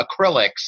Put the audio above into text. acrylics